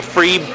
Free